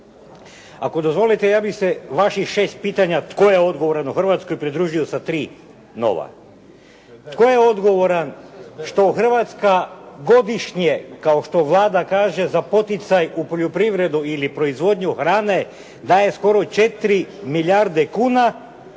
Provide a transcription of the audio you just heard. Ako dozvolite, ja bih se u vaših 6 pitanja tko je odgovoran u Hrvatskoj pridružio sa 3 nova. Tko je odgovoran što Hrvatska godišnje kao što Vlada kaže za poticaj u poljoprivredu ili proizvodnju hrane daje skoro 4 milijarde kuna,